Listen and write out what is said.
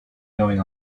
going